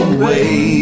away